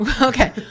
Okay